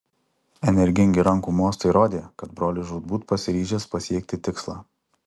energingi rankų mostai rodė kad brolis žūtbūt pasiryžęs pasiekti tikslą